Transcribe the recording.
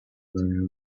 were